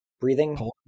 breathing